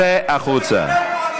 תתבייש לך.